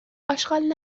آشغال